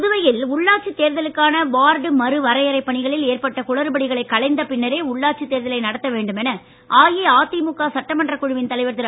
புதுவையில் உள்ளாட்சி தேர்தலுக்கான வார்டு மறுவரையறை பணிகளில் ஏற்பட்ட குளறுபடிகளை களைந்த பின்னரே உள்ளாட்சி தேர்தலை நடத்த வேண்டும் என அஇஅதிமுக சட்டமன்றக் குழுவின் தலைவர் திரு